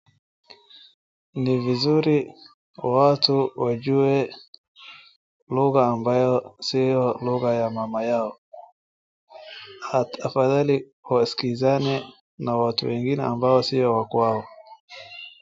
Ni vizuri watu wajue lugha ambayo siyo lugha ya mama yao. Afadhali waskizane na watu wengine ambao sio wa kwao.